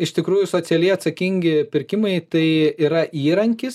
iš tikrųjų socialiai atsakingi pirkimai tai yra įrankis